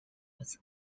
was